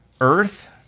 Earth